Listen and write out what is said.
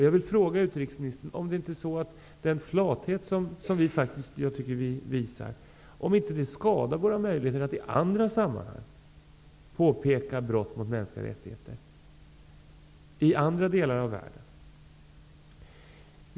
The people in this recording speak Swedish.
Jag vill fråga utrikesministern om den flathet som vi enligt min mening här visar inte skadar våra möjligheter att påpeka brott mot mänskliga rättigheter i andra delar av världen.